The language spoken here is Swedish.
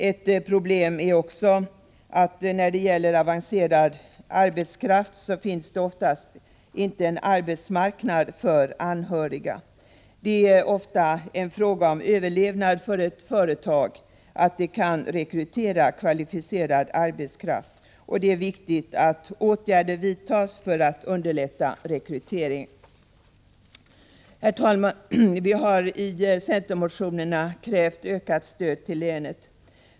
Ett problem när det gäller avancerad teknisk arbetskraft är att det oftast inte finns en arbetsmarknad för anhöriga. Det är ofta en fråga om överlevnad för ett företag att det kan rekrytera kvalificerad arbetskraft. Det är viktigt att åtgärder vidtas för att denna rekrytering skall underlättas. Herr talman! Vi har i centermotionerna krävt ökat stöd till länet.